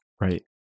Right